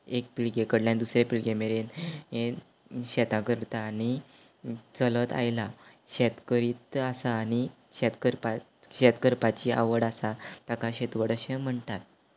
एक पिळगे कडल्यान दुसरे पिळगे मेरेन ये शेतां करता आनी चलत आयलां शेत करीत आसा आनी शेत करपाच् शेत करपाची आवड आसा ताका शेतवड अशें म्हणटात